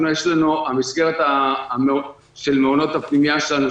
המסגרת של מעונות הפנימייה שלנו,